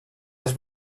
les